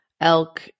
elk